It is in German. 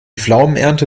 pflaumenernte